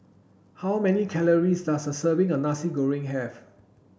how many calories does a serving of Nasi Goreng have